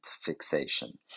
fixation